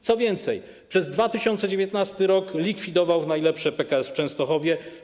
Co więcej, przez 2019 r. likwidował w najlepsze PKS w Częstochowie.